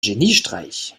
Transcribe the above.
geniestreich